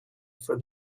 for